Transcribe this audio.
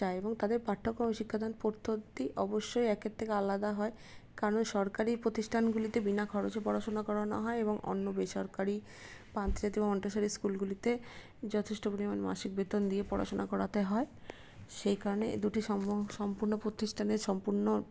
যায় এবং তাদের পাঠ্যক্রম ও শিক্ষাদান পদ্ধতি অবশ্যই একের থেকে আলাদা হয় কারণ সরকারি প্রতিষ্ঠানগুলিতে বিনা খরচে পড়াশোনা করানো হয় এবং অন্য বেসরকারি আন্তর্জাতিক মন্টেসরি স্কুলগুলিতে যথেষ্ট পরিমাণ মাসিক বেতন দিয়ে পড়াশোনা করাতে হয় সেই কারণে দুটি সম সম্পূর্ণ প্রতিষ্ঠানের সম্পূর্ণ